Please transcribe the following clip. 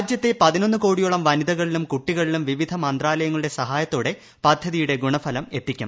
രാജ്യത്തെ പതിനൊന്ന് കോടിയോളം വനിതകളിലും കുട്ടികളിലും വിവിധ മന്ത്രാലയങ്ങളുടെ സഹായത്തോട്ടി പദ്ധതിയുടെ ഗുണഫലം എത്തിക്കും